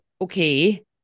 Okay